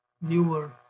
newer